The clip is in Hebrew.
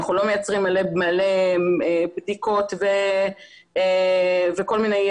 אנחנו לא מייצרים מלא בדיקות וכל מיני